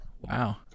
wow